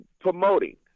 promoting